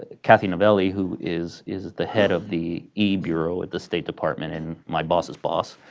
cathy novelli, who is is the head of the e bureau at the state department and my boss's boss,